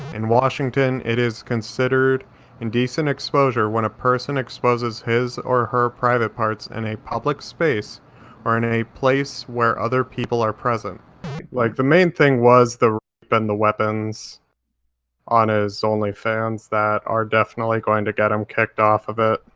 in washington, it is considered indecent exposure when a person exposes his or her private parts in a public space or in a place where other people are present. s like, the main thing was the r-pe and the weapons on his onlyfans that are definitely going to get him kicked off of it.